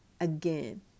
again